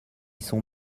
sont